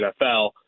NFL